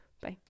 Bye